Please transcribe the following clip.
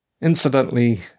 Incidentally